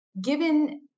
given